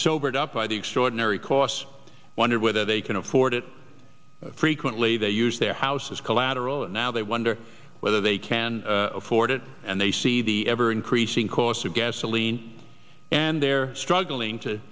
sobered up by the extraordinary costs wondered whether they can afford it frequently they use their house as collateral and now they wonder whether they can afford it and they see the ever increasing cost of gasoline and they're struggling to